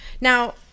now